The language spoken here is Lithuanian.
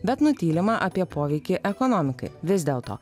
bet nutylima apie poveikį ekonomikai vis dėlto